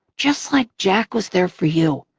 just like jack was there for you.